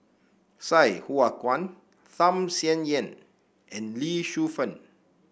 Sai Hua Kuan Tham Sien Yen and Lee Shu Fen